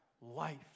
life